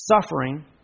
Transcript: suffering